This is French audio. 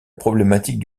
problématique